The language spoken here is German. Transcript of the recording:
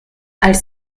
als